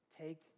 take